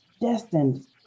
destined